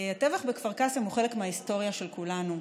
הטבח בכפר קאסם הוא חלק מההיסטוריה של כולנו.